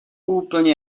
úplně